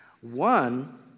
One